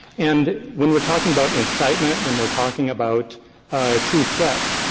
and when we're talking about incitement, when we're talking about true threats,